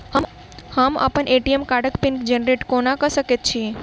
हम अप्पन ए.टी.एम कार्डक पिन जेनरेट कोना कऽ सकैत छी?